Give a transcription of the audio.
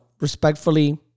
respectfully